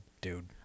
dude